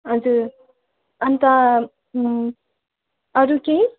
हजुर अन्त अरू केही